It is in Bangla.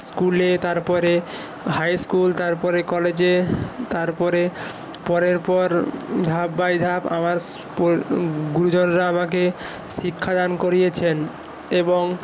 স্কুলে তারপরে হাই স্কুল তারপরে কলেজে তারপরে পরের পর ধাপ বাই ধাপ আমার স গুরুজনরা আমাকে শিক্ষাদান করিয়েছেন এবং